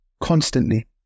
constantly